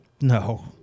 No